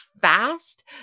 fast